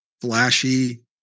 flashy